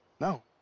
No